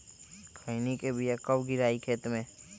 खैनी के बिया कब गिराइये खेत मे?